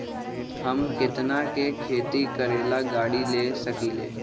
हम केतना में खेती करेला गाड़ी ले सकींले?